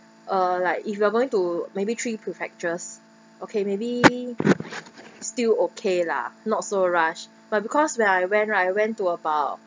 uh like if you are going to maybe three prefectures okay maybe still okay lah not so rush but because when I went right I went to about